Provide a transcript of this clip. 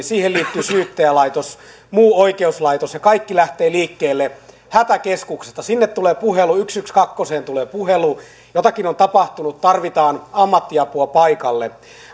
siihen liittyvät syyttäjälaitos muu oikeuslaitos ja kaikki lähtee liikkeelle hätäkeskuksesta sinne tulee puhelu sataankahteentoista tulee puhelu jotakin on tapahtunut tarvitaan ammattiapua paikalle